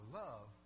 love